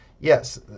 Yes